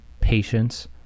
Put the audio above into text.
patience